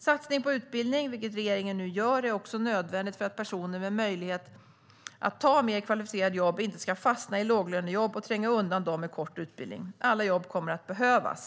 Att satsa på utbildning, vilket regeringen nu gör, är också nödvändigt för att personer med möjlighet att ta mer kvalificerade jobb inte ska fastna i låglönejobb och tränga undan dem med kort utbildning. Alla jobb kommer att behövas.